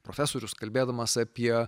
profesorius kalbėdamas apie